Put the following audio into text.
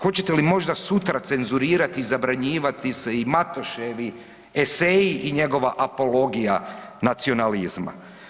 Hoćete li možda sutra cenzurirati i zabranjivati se i Matoševi eseji i njegova apologija nacionalizma.